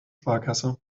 sparkasse